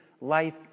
life